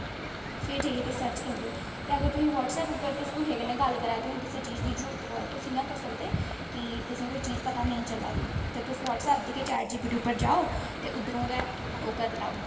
फिर जाइयै तुस सर्च करगे जेकर तुसें बट्सऐप उप्पर कुसै कन्नै गल्ल करा'रदे तुसेंगी कुसै चीज दी जरुरत पवे ते तुस इ'यां करी सकदे कि तुसेंगी कोई चीज पता नेईं चला दी ते तुस बट्सऐप दी गै चैट जी पी टी उप्पर जाओ ते उद्धरां गै ओह् करी लैओ